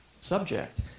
subject